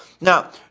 Now